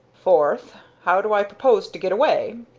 fourth how do i propose to get away?